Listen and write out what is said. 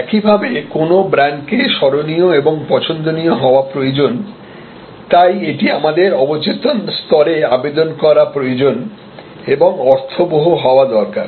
একইভাবে কোনও ব্র্যান্ডকে স্মরণীয় এবং পছন্দনীয় হওয়া প্রয়োজন তাই এটি আমাদের অবচেতন স্তরে আবেদন করা প্রয়োজন এবং অর্থবহ হওয়া দরকার